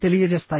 తెలియజేస్తాయి